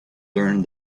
learned